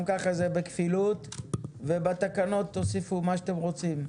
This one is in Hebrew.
ככה זה בכפילות ובתקנות תוסיפו מה שאתם רוצים.